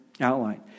outline